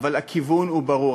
אבל הכיוון הוא ברור.